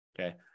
Okay